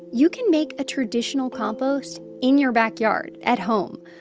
you can make a traditional compost in your backyard at home.